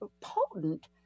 potent